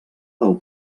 del